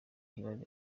hillary